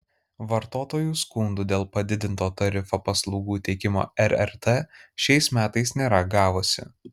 vartotojų skundų dėl padidinto tarifo paslaugų teikimo rrt šiais metais nėra gavusi